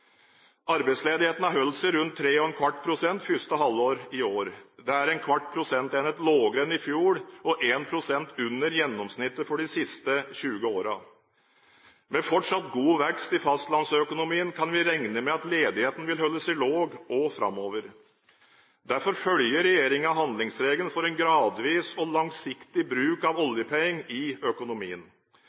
Arbeidsledigheten har holdt seg rundt 3 ¼ pst. i første halvår i år. Det er ¼ prosentenhet lavere enn i fjor og 1 prosentenhet under gjennomsnittet for de siste 20 årene. Med fortsatt god vekst i fastlandsøkonomien kan vi regne med at ledigheten vil holde seg lav også framover. Derfor følger regjeringen handlingsregelen for en gradvis og langsiktig bruk av oljepenger i økonomien.